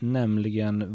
nämligen